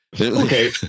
Okay